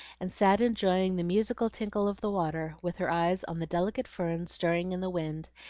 and sat enjoying the musical tinkle of the water, with her eyes on the delicate ferns stirring in the wind,